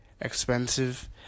expensive